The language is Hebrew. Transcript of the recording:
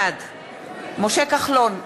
בעד משה כחלון,